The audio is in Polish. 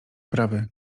prawy